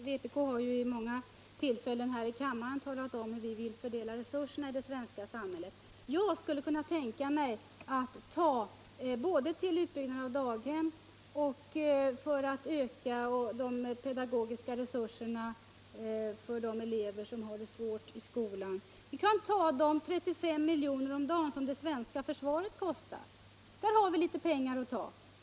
Herr talman! Vpk har vid flera tillfällen i kammaren talat om hur vi vill fördela resurserna i det svenska samhället. Till utbyggnaden av daghem och till att öka de pedagogiska resurserna för de elever som har det svårt i skolan skulle jag kunna tänka mig att ta de 35 milj.kr. om dagen som det svenska försvaret kostar. Där har vi pengar att ta.